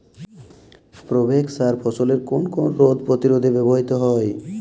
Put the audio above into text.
Provex সার ফসলের কোন কোন রোগ প্রতিরোধে ব্যবহৃত হয়?